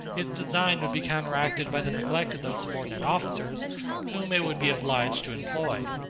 its design would be counteracted by the neglect of those subordinate officers whom it would be obliged to employ.